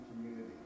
community